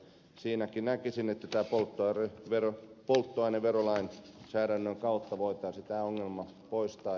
siinäkin näkisin että polttoaineverolainsäädännön kautta voitaisiin tämä ongelma poistaa